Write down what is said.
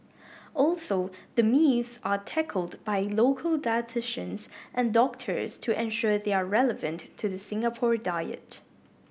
also the myths are tackled by local dietitians and doctors to ensure they are relevant to the Singapore diet